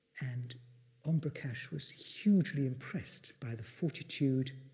and om prakash was hugely impressed by the fortitude,